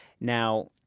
Now